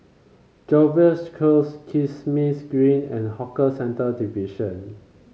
Jervois Close Kismis Green and Hawker Centre Division